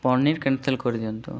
paneer cancel କରିଦିଅନ୍ତୁ